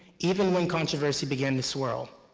even when controversy began to swirl,